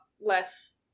less